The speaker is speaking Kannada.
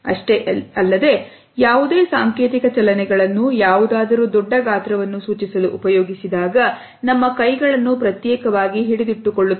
ಇಷ್ಟೇ ಅಲ್ಲದೆ ಯಾವುದೇ ಸಾಂಕೇತಿಕ ಚಲನೆಗಳನ್ನು ಯಾವುದಾದರೂ ದೊಡ್ಡ ಗಾತ್ರವನ್ನು ಸೂಚಿಸಲು ಉಪಯೋಗಿಸಿದಾಗ ನಮ್ಮ ಕೈಗಳನ್ನು ಪ್ರತ್ಯೇಕವಾಗಿ ಹಿಡಿದಿಟ್ಟುಕೊಳ್ಳುತ್ತವೆ